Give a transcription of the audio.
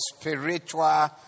spiritual